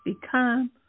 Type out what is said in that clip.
become